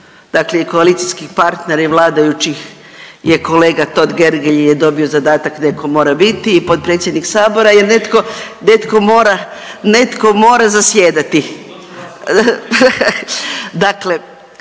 dakle i koalicijskih partnera i vladajućih je kolega Totgergeli je dobio zadatak da neko mora biti i potpredsjednik sabora jer netko, netko